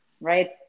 right